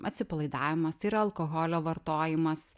atsipalaidavimas tai yra alkoholio vartojimas